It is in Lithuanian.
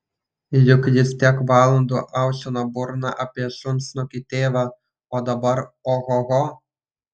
juk jis tiek valandų aušino burną apie šunsnukį tėvą o dabar ohoho